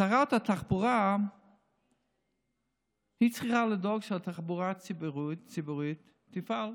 שרת התחבורה צריכה לדאוג שהתחבורה הציבורית תפעל,